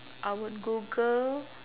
I would google